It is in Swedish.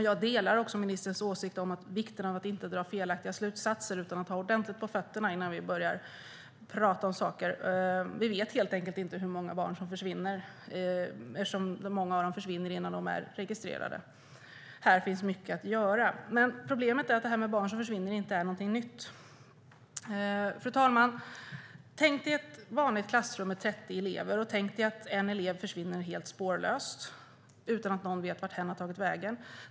Jag delar också ministerns åsikt om vikten av att inte dra felaktiga slutsatser utan att se till att ha ordentligt på fötterna innan vi börjar prata om saker. Vi vet helt enkelt inte hur många barn som försvinner eftersom många av dem försvinner innan de är registrerade. Här finns mycket att göra. Problemet, fru talman, är dock att det här med barn som försvinner inte är någonting nytt. Tänk er ett vanligt klassrum med 30 elever. Tänk er att en elev försvinner helt spårlöst utan att någon vet vart hen har tagit vägen.